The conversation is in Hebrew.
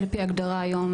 לפי ההגדרה היום,